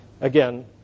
Again